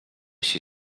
się